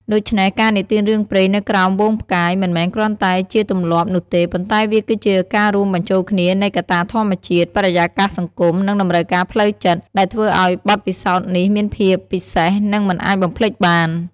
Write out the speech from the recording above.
ដូច្នេះ ការនិទានរឿងព្រេងនៅក្រោមហ្វូងផ្កាយ មិនមែនគ្រាន់តែជាទម្លាប់នោះទេ ប៉ុន្តែវាគឺជាការរួមបញ្ចូលគ្នានៃកត្តាធម្មជាតិ បរិយាកាសសង្គម និងតម្រូវការផ្លូវចិត្ត ដែលធ្វើឲ្យបទពិសោធន៍នេះមានភាពពិសេស និងមិនអាចបំភ្លេចបាន ។